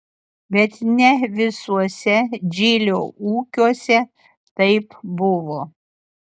bet ne visuose džilio ūkiuose taip buvo